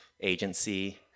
agency